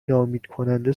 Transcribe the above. ناامیدکننده